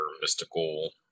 mystical